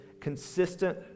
consistent